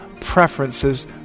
preferences